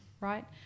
right